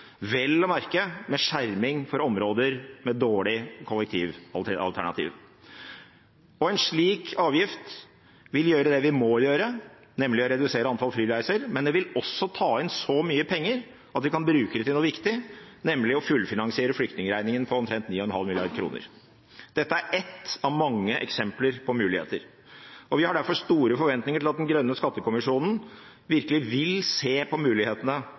vel å merke med skjerming for områder med dårlig kollektivalternativ. En slik avgift vil gjøre det vi må gjøre, nemlig å redusere antall flyreiser, men den vil også ta inn så mye penger at man kan bruke dem til noe viktig, nemlig å fullfinansiere flyktningregningen på omtrent 9,5 mrd. kr. Dette er ett av mange eksempler på muligheter. Vi har derfor store forventninger til at den grønne skattekommisjonen virkelig vil se på mulighetene